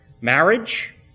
Marriage